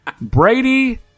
Brady